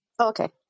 Okay